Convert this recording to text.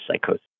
psychosis